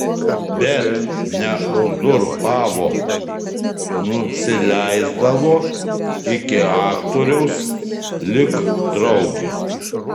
bet neuzurpavo nusileisdavo iki aktoriaus lyg draugė